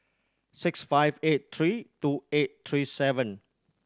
six five eight three two eight three seven